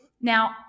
Now